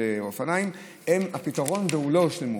לאופניים הם הפתרון, והם לא הושלמו.